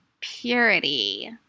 purity